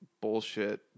bullshit